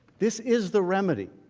this is the remedy